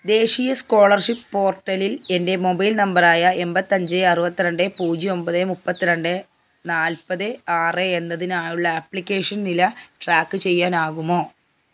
ദേശീയ സ്കോളർഷിപ്പ് പോർട്ടലിൽ എന്റെ മൊബൈൽ നമ്പർ ആയ എൺപത്തി അഞ്ച് അറുപത്തി രണ്ട് പൂജ്യം ഒമ്പത് മുപ്പത്തിരണ്ട് നാല്പ്പത് ആറ് എന്നതിനായുള്ള ആപ്ലിക്കേഷൻ നില ട്രാക്ക് ചെയ്യാനാകുമോ